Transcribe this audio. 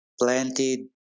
planted